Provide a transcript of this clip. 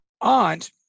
aunt